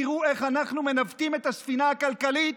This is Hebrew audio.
תראו איך אנחנו מנווטים את הספינה הכלכלית,